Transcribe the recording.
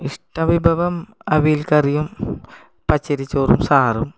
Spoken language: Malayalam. ഇഷ്ട വിഭവം അവിയൽക്കറിയും പച്ചരിച്ചോറും സാറും